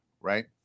right